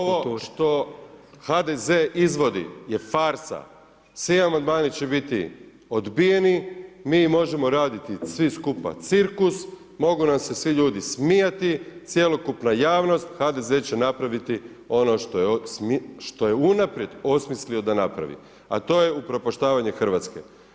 Ovo što HDZ izvodi je farsa, svi amandman će biti odbijeni, mi možemo raditi svi skupa cirkus, mogu nam se svi ljudi smijati, cjelokupna javnost, HDZ će napraviti ono što je unaprijed osmislio da napravi, a to je upropaštavanje Hrvatske.